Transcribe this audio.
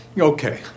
Okay